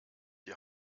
die